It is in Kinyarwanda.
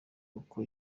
uko